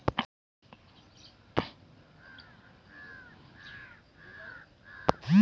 परीक्षा में प्रश्न पूछा गया कि धन सृजन से आप क्या समझते हैं?